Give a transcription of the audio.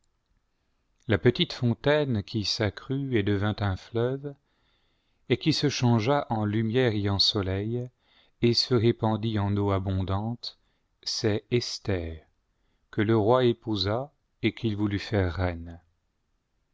la petite fontaine qui s'accrut ri devint un fleuve et qui se changea en lumière et en soleil et se répandit en eaux abondantes c'est esther que le roi épousa et qu'il voulut faire reine